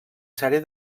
sèrie